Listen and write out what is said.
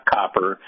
Copper